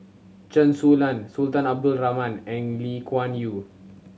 Chen Su Lan Sultan Abdul Rahman and Lee Kuan Yew